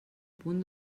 punt